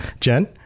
Jen